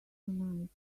tonight